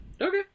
Okay